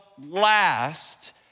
last